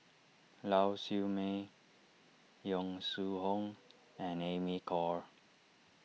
Lau Siew Mei Yong Shu Hoong and Amy Khor